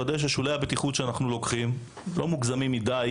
לוודא ששולי הבטיחות שאנחנו לוקחים לא מוגזמים מדי,